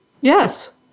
Yes